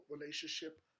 relationship